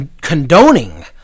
condoning